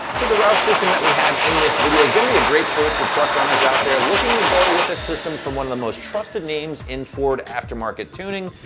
so the roush system that we have in this video is gonna be a great choice for truck owners out there looking to go with a system from one of the most trusted names in ford aftermarket tuning.